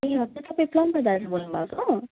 ए हजुर तपाईँ प्लम्बर दाजु बोल्नु भएको